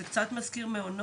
זה אמנם קצת מזכיר מעונות,